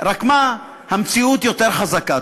רק מה, המציאות יותר חזקה.